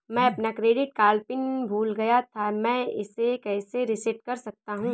मैं अपना credit card PIN भूल गया था मैं इसे कैसे रीसेट कर सकता हूँ?